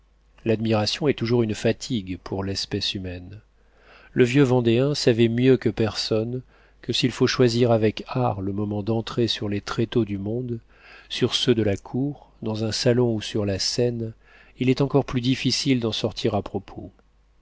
l'admiration est toujours une fatigue pour l'espèce humaine le vieux vendéen savait mieux que personne que s'il faut choisir avec art le moment d'entrer sur les tréteaux du monde sur ceux de la cour dans un salon ou sur la scène il est encore plus difficile d'en sortir à propos